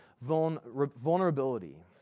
vulnerability